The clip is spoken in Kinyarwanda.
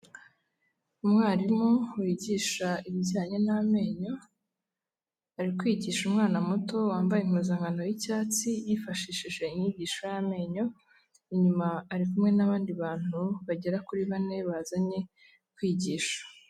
Umwarimu wigisha ibijyanye n'amenyo, ari kwigisha umwana muto wambaye impuzankano y'icyatsi yifashishije inyigisho y'amenyo, inyuma ari kumwe n'abandi bantu bagera kuri bane bazanye kwigisha.